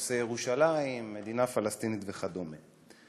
נושא ירושלים, מדינה פלסטינית וכדומה.